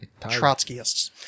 trotskyists